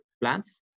plants